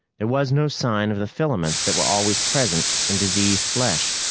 there was no sign of the filaments that were always present in diseased flesh.